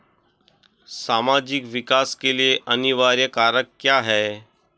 सामाजिक विकास के लिए अनिवार्य कारक क्या है?